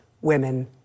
women